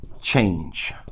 change